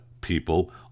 people